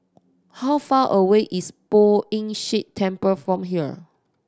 how far away is Poh Ern Shih Temple from here